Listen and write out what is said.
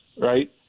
right